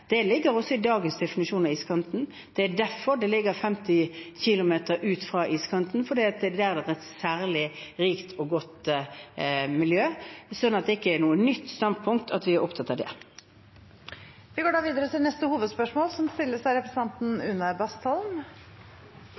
derfor det ligger 50 km ut fra iskanten, for det er der det er et særlig rikt og godt miljø. Så det er ikke noe nytt standpunkt at vi er opptatt av det. Vi går videre til neste hovedspørsmål.